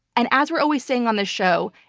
and as we're always seeing on this show,